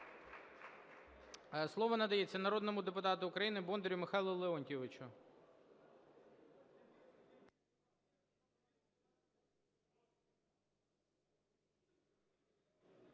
Слово надається народному депутату України Бондарю Михайлу Леонтійовичу.